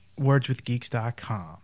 WordsWithGeeks.com